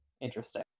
interesting